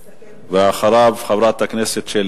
אחריו, חברת הכנסת שלי